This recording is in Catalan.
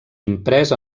imprès